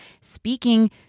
speaking